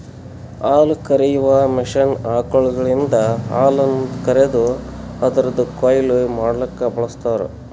ಹಾಲುಕರೆಯುವ ಮಷೀನ್ ಆಕಳುಗಳಿಂದ ಹಾಲನ್ನು ಕರೆದು ಅದುರದ್ ಕೊಯ್ಲು ಮಡ್ಲುಕ ಬಳ್ಸತಾರ್